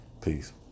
Peace